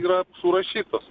yra surašytos